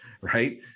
right